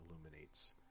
illuminates